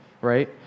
right